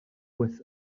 with